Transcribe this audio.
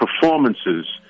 performances